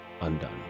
Undone